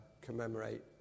commemorate